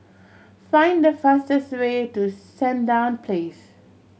find the fastest way to Sandown Place